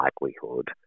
likelihood